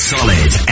Solid